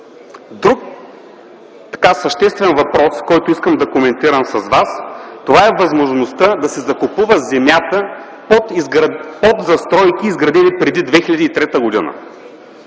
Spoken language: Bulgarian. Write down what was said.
Друг съществен въпрос, който искам да коментирам с вас, е възможността да се закупува земята под застройки, изградени преди 2003 г.